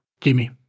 Jimmy